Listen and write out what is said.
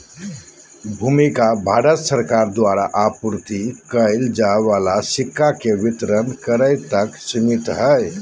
भूमिका भारत सरकार द्वारा आपूर्ति कइल जाय वाला सिक्का के वितरण करे तक सिमित हइ